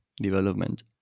development